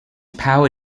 power